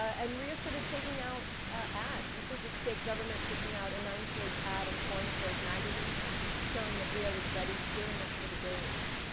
and rio started taking out ads. this was the state government taking out a nine page ad in foreign affairs magazine showing that rio was ready, gearing up for the games.